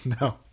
No